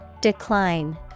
Decline